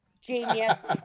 genius